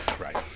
right